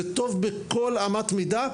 זה טוב בכל אמת מידה,